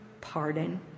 pardon